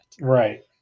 right